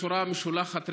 בצורה משולחת רסן,